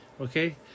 Okay